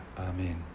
Amen